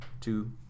Two